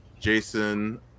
Jason